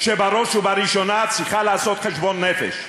שבראש ובראשונה צריכה לעשות חשבון נפש.